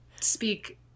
speak